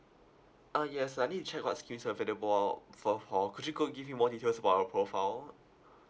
uh yes I need to check what schemes are available uh for pro~ could you go and give me more details about your profile